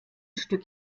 stück